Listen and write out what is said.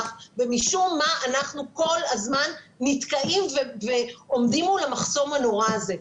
ומשום מה אנחנו כל הזמן נתקעים ועומדים מול המחסום הנורא הזה.